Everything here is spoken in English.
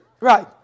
Right